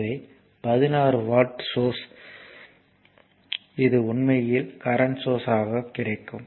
எனவே 16 volt source ஆகும் இது உண்மையில் கரண்ட் சோர்ஸ் ஆகும்